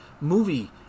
movie